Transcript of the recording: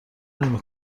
نمی